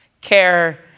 care